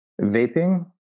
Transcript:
Vaping